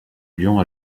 lyon